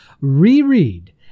reread